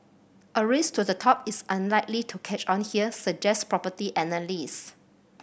a race to the top is unlikely to catch on here suggest property analysts